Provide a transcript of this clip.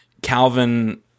Calvin